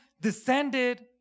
descended